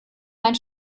mein